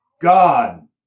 God